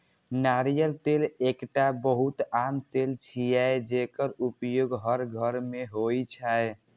नारियल तेल एकटा बहुत आम तेल छियै, जेकर उपयोग हर घर मे होइ छै